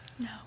No